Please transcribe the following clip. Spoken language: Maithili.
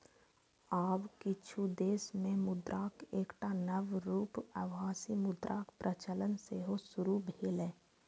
आब किछु देश मे मुद्राक एकटा नव रूप आभासी मुद्राक प्रचलन सेहो शुरू भेलैए